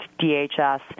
DHS